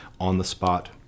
on-the-spot